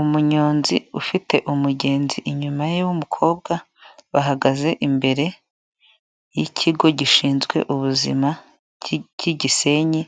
Umunyonzi ufite umugenzi inyuma ye w'umukobwa bahagaze imbere y'ikigo gishinzwe ubuzima cy'Igisenyi,